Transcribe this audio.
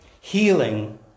Healing